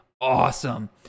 awesome